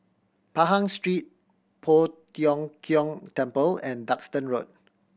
Pahang Street Poh Tiong Kiong Temple and Duxton Road